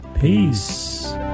peace